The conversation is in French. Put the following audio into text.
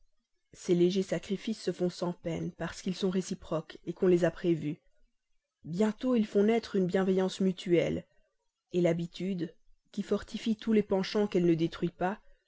ces légers sacrifices se font sans peine parce qu'ils sont réciproques qu'on les a prévus bientôt ils font naître une bienveillance mutuelle l'habitude qui fortifie tous les penchants qu'elle ne détruit pas